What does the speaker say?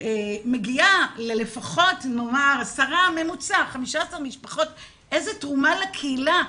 מגיעה בממוצע ל-15 משפחות איזו תרומה לקהילה.